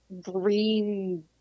green